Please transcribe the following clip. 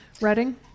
Reading